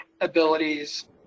abilities